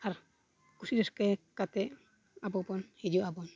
ᱟᱨ ᱠᱩᱥᱤ ᱨᱟᱹᱥᱠᱟᱹ ᱠᱟᱛᱮᱫ ᱟᱵᱚᱵᱚᱱ ᱦᱤᱡᱩᱜ ᱟᱵᱚᱱ